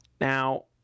Now